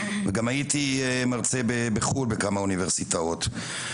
וגם הייתי מרצה בחו"ל בכמה אוניברסיטאות.